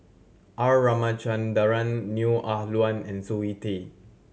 R Ramachandran Neo Ah Luan and Zoe Tay